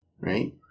Right